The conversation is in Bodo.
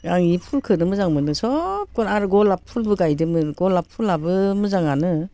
आं बे फुलखौनो मोजां मोनो सब खौनो आरो गलाप फुलबो गायदोंमोन गलाप फुलाबो मोजांआनो